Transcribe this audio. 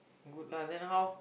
good lah then how